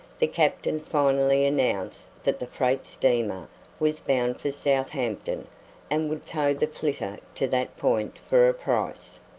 the captain finally announced that the freight steamer was bound for southampton and would tow the flitter to that point for a price.